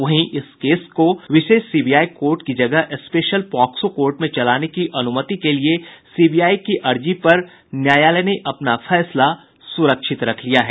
वहीं इस केस को विशेष सीबीआई कोर्ट की जगह स्पेशल पॉक्सो कोर्ट में चलाने की अनुमति के लिए सीबीआई की अर्जी पर न्यायालय ने अपना फैसला सुरक्षित रख लिया है